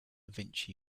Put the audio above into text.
vinci